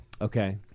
Okay